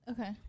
Okay